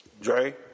Dre